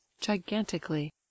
gigantically